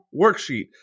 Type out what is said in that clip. worksheet